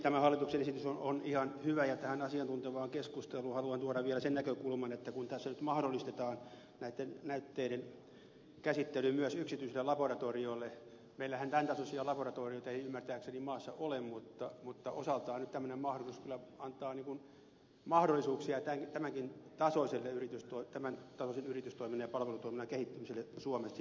tämä hallituksen esitys on ihan hyvä ja tähän asiantuntevaan keskusteluun haluan tuoda vielä sen näkökulman että kun tässä nyt mahdollistetaan näitten näytteiden käsittely myös yksityisille laboratorioille meillähän tämän tasoisia laboratorioita ei ymmärtääkseni maassa ole niin osaltaan nyt tämmöinen kyllä antaa mahdollisuuksia tämänkin tasoisen yritystoiminnan ja palvelutoiminnan kehittämiseen suomessa